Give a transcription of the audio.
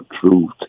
truth